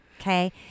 Okay